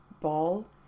ball